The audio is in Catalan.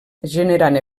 generant